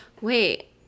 Wait